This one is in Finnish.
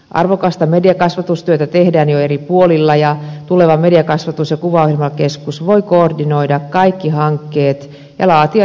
arvokasta mediakasvatustyötä tehdään jo eri puolilla ja tuleva mediakasvatus ja kuvaohjelmakeskus voi koordinoida kaikki hankkeet ja laatia yhtenäisiä viestejä alalle